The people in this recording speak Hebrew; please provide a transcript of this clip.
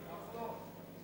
זה כחלון?